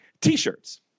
t-shirts